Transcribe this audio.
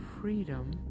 Freedom